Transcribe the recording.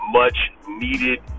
much-needed